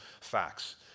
facts